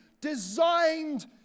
designed